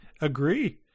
agree